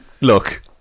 look